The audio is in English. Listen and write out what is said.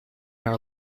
our